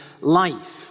life